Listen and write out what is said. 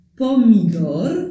pomidor